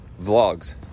Vlogs